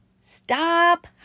stop